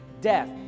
death